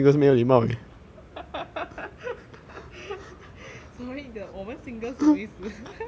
sorry the 我们 single 是什么意思